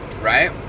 right